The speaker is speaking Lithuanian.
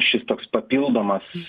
šis toks papildomas